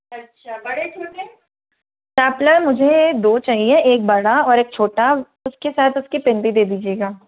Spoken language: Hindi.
अच्छा बड़े छोटे स्टेपलर मुझे दो चहिए एक बड़ा और एक छोटा उसके साथ उसकी पेन भी दे दीजिएगा